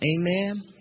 Amen